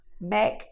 Mac